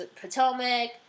Potomac